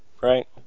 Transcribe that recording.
right